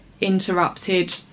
interrupted